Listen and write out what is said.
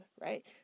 right